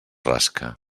rasca